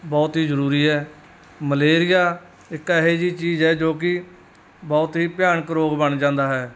ਬਹੁਤ ਹੀ ਜ਼ਰੂਰੀ ਹੈ ਮਲੇਰੀਆ ਇੱਕ ਇਹੋ ਜਿਹੀ ਚੀਜ਼ ਹੈ ਜੋ ਕਿ ਬਹੁਤ ਹੀ ਭਿਆਨਕ ਰੋਗ ਬਣ ਜਾਂਦਾ ਹੈ